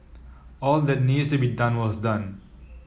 all that needs to be done was done